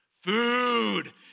Food